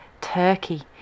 Turkey